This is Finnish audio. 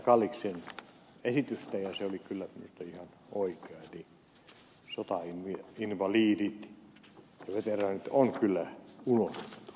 kalliksen esitystä ja se oli kyllä minusta ihan oikea eli sotainvalidit ja veteraanit on kyllä unohdettu ei siitä pääse mihinkään